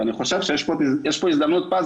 יש פה הזדמנות פז,